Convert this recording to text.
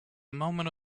moment